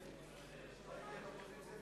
הצעת הסיכום שהביא חבר הכנסת